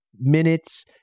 minutes